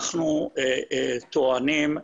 אנחנו טוענים,